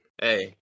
Hey